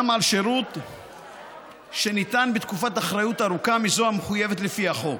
גם על שירות שניתן בתקופת אחריות ארוכה מזו המחויבת לפי החוק,